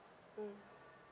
mm